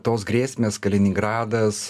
tos grėsmės kaliningradas